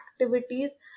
activities